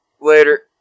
Later